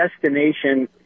destination